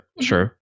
Sure